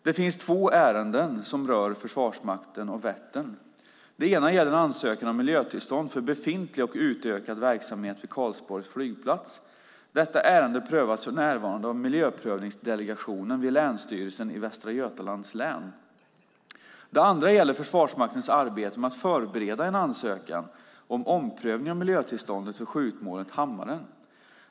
Det finns två ärenden som rör Försvarsmakten och Vättern. Det ena gäller en ansökan om miljötillstånd för befintlig och utökad verksamhet vid Karlsborgs flygplats. Detta ärende prövas för närvarande av miljöprövningsdelegationen vid Länsstyrelsen i Västra Götalands län. Det andra gäller Försvarsmaktens arbete med att förbereda en ansökan om omprövning av miljötillståndet för skjutmålet Hammaren.